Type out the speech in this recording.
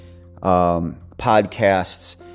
podcasts